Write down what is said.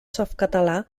softcatalà